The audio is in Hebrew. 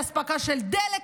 אי-אספקה של דלק,